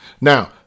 Now